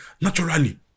naturally